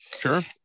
Sure